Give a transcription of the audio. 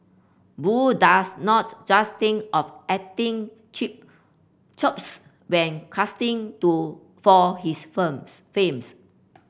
Boo does not just think of acting chip chops when casting to for his firms films